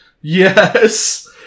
yes